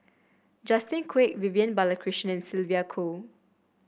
Justin Quek Vivian Balakrishnan and Sylvia Kho